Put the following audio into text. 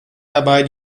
dabei